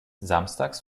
samstags